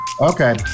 Okay